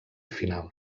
final